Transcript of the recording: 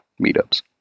meetups